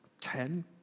ten